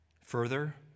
Further